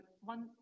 one